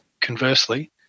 conversely